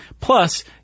Plus